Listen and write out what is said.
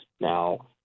Now